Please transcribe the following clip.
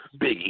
Biggie